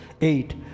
Eight